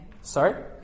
sorry